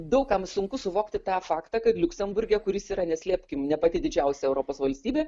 daug kam sunku suvokti tą faktą kad liuksemburge kuris yra neslėpkim ne pati didžiausia europos valstybė